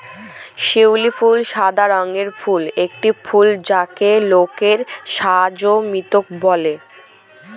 শিউলি ফুল সাদা রঙের একটি ফুল যাকে কোরাল জাসমিন বলে